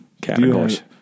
categories